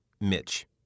Mitch